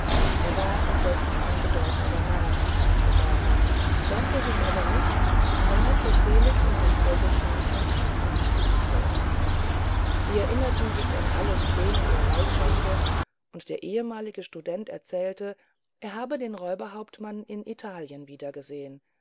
er war indessen ein bedeutender mann im staat geworden schämte sich aber nicht bei meister felix und dem zirkelschmidt ein abendessen zu verzehren sie erinnerten sich an alle szenen der waldschenke und der ehemalige student erzählte er habe den räuberhauptmann in italien wiedergesehen